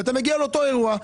ואז אתה מגיע לאותו אירוע.